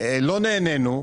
ולא נענינו.